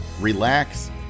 relax